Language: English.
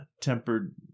tempered